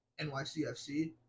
NYCFC